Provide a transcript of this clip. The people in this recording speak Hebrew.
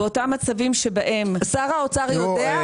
שר האוצר יודע?